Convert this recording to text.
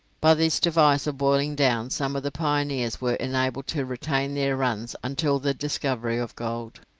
by this device of boiling-down some of the pioneers were enabled to retain their runs until the discovery of gold.